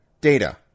data